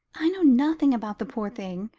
i know nothing about the poor thing,